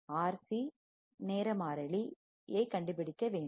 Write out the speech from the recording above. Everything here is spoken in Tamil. RC நேர மாறிலி டைம் கான்ஸ்டன்டை கண்டுபிடிக்க வேண்டும்